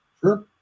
Sure